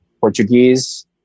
Portuguese